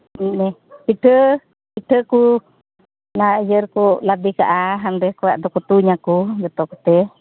ᱚᱱᱮ ᱯᱤᱴᱷᱟᱹ ᱯᱤᱴᱷᱟᱹᱠᱚ ᱚᱱᱟ ᱤᱭᱟᱹᱨᱮᱠᱚ ᱞᱟᱫᱮ ᱠᱟᱜᱼᱟ ᱚᱸᱰᱮ ᱟᱫᱚᱠᱚ ᱛᱩᱧ ᱟᱠᱚ ᱡᱚᱛᱚᱠᱚᱛᱮ